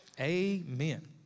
Amen